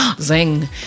Zing